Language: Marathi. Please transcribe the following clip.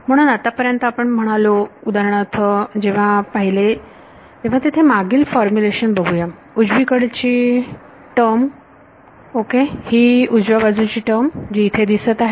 म्हणून आतापर्यंत आपण म्हणालो उदाहरणार्थ जेव्हा आपण पाहिले तेव्हा येथे मागील फॉर्म्युलेशन पाहुया उजवीकडील बाजूची टर्म ही उजव्या बाजूची टर्म जी इथे दिसत आहे